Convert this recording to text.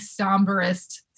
somberest